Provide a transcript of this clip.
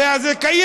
הרי זה קיים,